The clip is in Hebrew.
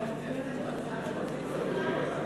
ההצעה להעביר את הצעת חוק הקמת